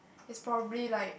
is probably like